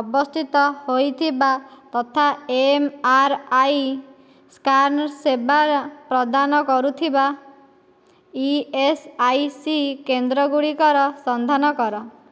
ଅବସ୍ଥିତ ହୋଇଥିବା ତଥା ଏମ୍ ଆର୍ ଆଇ ସ୍କାନ୍ ସେବା ପ୍ରଦାନ କରୁଥିବା ଇ ଏସ୍ ଆଇ ସି କେନ୍ଦ୍ରଗୁଡ଼ିକର ସନ୍ଧାନ କର